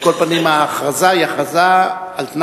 על כל פנים, ההכרזה היא הכרזה על-תנאי,